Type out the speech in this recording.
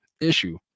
issue